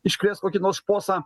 iškrės kokį nors šposą